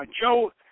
Joe